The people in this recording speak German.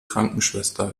krankenschwester